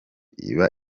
iba